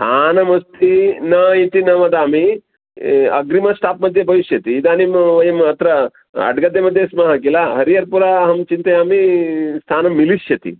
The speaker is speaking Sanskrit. स्थानमस्ति न इति न वदामि अग्रिम श्टाप् मध्ये भविष्यति इदानीं वयम् अत्र अड्गद्दे मध्ये स्मः किल हरिहरपुर अहं चिन्तयामि स्थानं मिलिष्यति